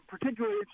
particularly